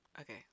okay